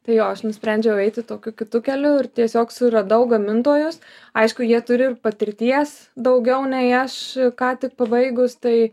tai jo aš nusprendžiau eiti tokiu kitu keliu ir tiesiog suradau gamintojus aišku jie turi patirties daugiau nei aš ką tik pabaigus tai